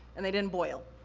and they didn't boil.